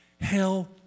hell